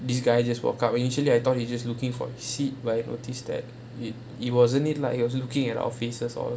this guy just walked up and usually I thought he just looking for a seat by I noticed that it it wasn't it like he was looking at our faces or